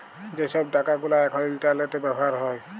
যে ছব টাকা গুলা এখল ইলটারলেটে ব্যাভার হ্যয়